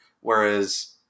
Whereas